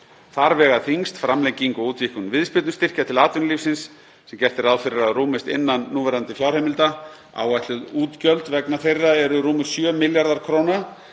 Þar vega þyngst framlenging og útvíkkun viðspyrnustyrkja til atvinnulífsins sem gert er ráð fyrir að rúmist innan núverandi fjárheimilda. Áætluð útgjöld vegna þeirra eru rúmir 7 milljarðar kr.